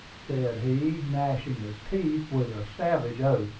said he, gnashing his teeth, with a savage oath,